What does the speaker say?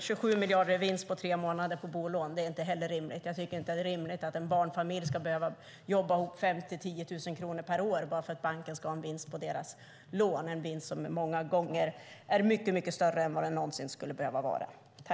27 miljarder i vinst på tre månader på bolån är inte heller rimligt. Det är inte rimligt att en barnfamilj ska behöva jobba ihop 5 000-10 000 kronor per år bara för att banken ska få en vinst på deras lån. Det är en vinst som många gånger är mycket större än vad den någonsin skulle behöva vara.